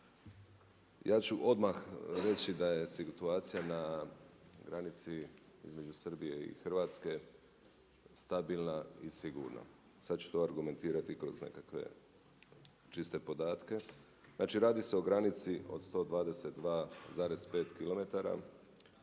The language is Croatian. Ja ću odmah reći da je situacija na granici između Srbije i Hrvatske stabilna i sigurna. Sada ću to argumentirati kroz nekakve čiste podatke. Znači radi se o granici od 122,5 km